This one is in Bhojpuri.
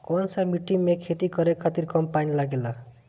कौन सा मिट्टी में खेती करे खातिर कम पानी लागेला?